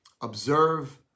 observe